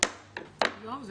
הישיבה